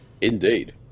Indeed